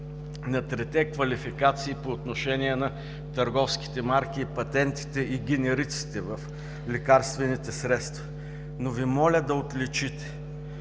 на трите квалификации по отношение на търговските марки и патентите, и генериците в лекарствените средства. Моля Ви да отличите: